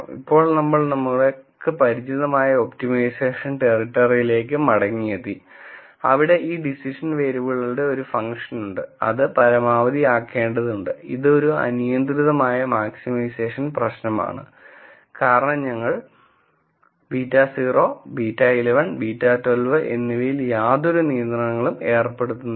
ഇപ്പോൾ നമ്മൾ നമ്മൾക്ക് പരിചിതമായ ഒപ്റ്റിമൈസേഷൻ ടെറിട്ടറിയിലേക്ക് മടങ്ങിയെത്തി അവിടെ ഈ ഡിസിഷൻ വേരിയബിളുകളുടെ ഒരു ഫംഗ്ഷൻ ഉണ്ട് ഇത് പരമാവധിയാക്കേണ്ടതുണ്ട് ഇത് ഒരു അനിയന്ത്രിതമായ മാക്സിമൈസേഷൻ പ്രശ്നമാണ് കാരണം ഞങ്ങൾ β0 β11 and β12 എന്നിവയിൽ യാതൊരു നിയന്ത്രണങ്ങളും ഏർപ്പെടുത്തുന്നില്ല